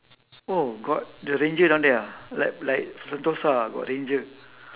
!woah! got the ranger down there ah like like sentosa ah got ranger